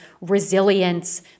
resilience